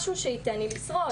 משהו שייתן לי לשרוד.